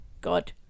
God